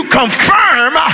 confirm